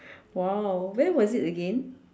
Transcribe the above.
!wow! where was it again